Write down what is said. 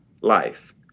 life